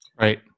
Right